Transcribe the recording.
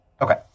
Okay